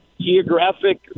Geographic